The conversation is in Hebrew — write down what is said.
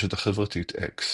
ברשת החברתית אקס